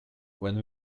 when